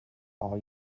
all